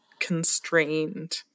constrained